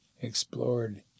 explored